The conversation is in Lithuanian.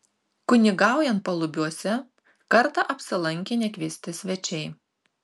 kunigaujant palubiuose kartą apsilankė nekviesti svečiai